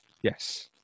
Yes